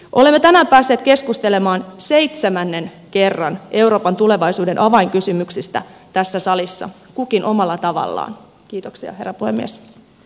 olemme tänään päässeet keskustelemaan seitsemännen kerran euroopan tulevaisuuden avainkysymyksistä tässä salissa kukin omalla tavallamme